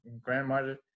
grandmother